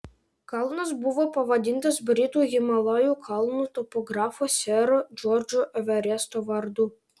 kalnas buvo pavadintas britų himalajų kalnų topografo sero džordžo everesto vardu